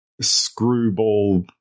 screwball